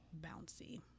Bouncy